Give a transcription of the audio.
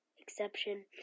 exception